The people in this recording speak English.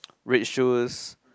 Red shoes